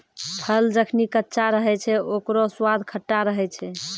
फल जखनि कच्चा रहै छै, ओकरौ स्वाद खट्टा रहै छै